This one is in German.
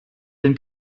den